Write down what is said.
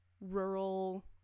rural